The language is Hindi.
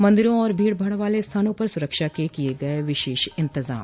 मन्दिरों और भीड़भाड़ वाले स्थानों पर सूरक्षा के किये गये विशेष इन्तजाम